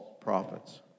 prophets